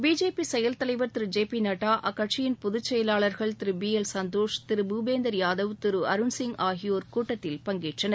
BJP செயல் தலைவர் திரு ஜே பி நட்டா அக்கட்சியின் பொது செயலாளர்கள் திரு பி எல் சந்தோஷ் திரு புபேந்தர் யாதவ் திரு அருண் சிங் ஆகியோர் கூட்டத்தில் பங்கேற்றனர்